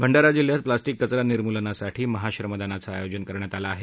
भंडारा जिल्ह्यात प्लास्टिक कचरा निर्मुलनासाठी महाश्रमदानाचं आयोजन करण्यात आलं आहे